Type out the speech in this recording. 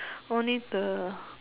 only the